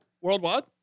Worldwide